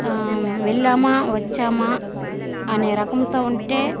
వెళ్ళామా వచ్చామా అనే రకంతో ఉంటే